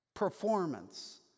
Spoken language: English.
Performance